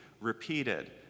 repeated